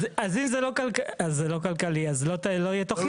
אז אם זה לא כלכלי, אז לא תהיה תוכנית.